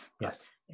Yes